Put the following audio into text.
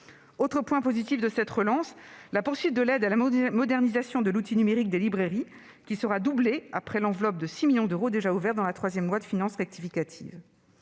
de la distribution de chèques « Lire ». La poursuite de l'aide à la modernisation de l'outil numérique des librairies, qui sera doublée, après l'enveloppe de 6 millions d'euros déjà ouverte dans la troisième loi de finances rectificative,